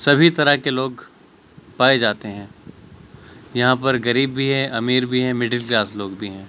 سبھی طرح کے لوگ پائے جاتے ہیں یہاں پر غریب بھی ہیں امیر بھی ہیں مڈل کلاس لوگ بھی ہیں